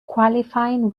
qualifying